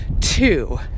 two